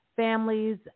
Families